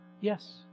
Yes